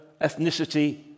ethnicity